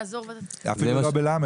אפילו לא ב-ל'?